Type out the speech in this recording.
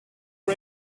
blu